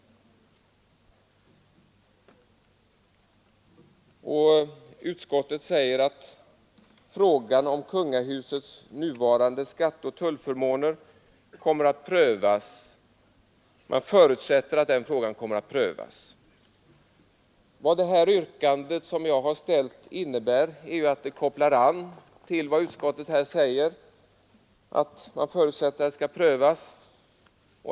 I betänkandet uttalas att utskottet förutsätter att frågan om kungahusets nuvarande skatteoch tullförmåner kommer att prövas. Det av mig ställda yrkandet anknyter till utskottets uttalande om att en sådan prövning förutsätts ske.